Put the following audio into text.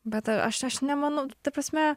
bet aš aš nemanau ta prasme